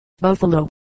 Buffalo